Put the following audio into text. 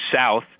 south